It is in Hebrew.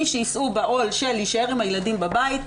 מי שיישאו בעול להישאר עם הילדים בבית,